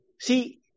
See